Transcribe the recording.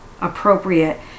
appropriate